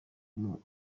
uruganda